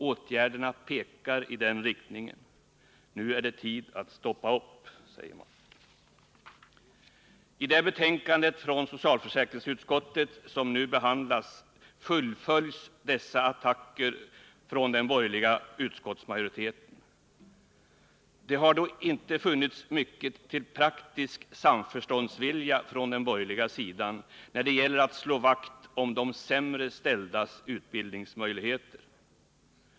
Åtgärderna pekar i den riktningen. Nu är det tid att stoppa upp, anses det tydligen. I det betänkande från socialförsäkringsutskottet som nu behandlas fullföljs dessa attacker från den borgerliga utskottsmajoriteten. Det har då inte funnits mycket till praktisk samförståndsvilja från den borgerliga sidan när det gäller att slå vakt om de sämre ställdas utbildningsmöjligheter.